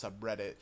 subreddit